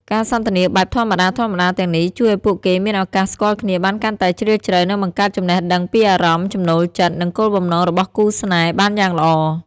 ការសន្ទនាបែបធម្មតាៗទាំងនេះ ជួយឲ្យពួកគេមានឱកាសស្គាល់គ្នាបានកាន់តែជ្រាលជ្រៅ និងបង្កើតចំណេះដឹងពីអារម្មណ៍ ចំណូលចិត្ត និងគោលបំណងរបស់គូស្នេហ៍បានយ៉ាងល្អ។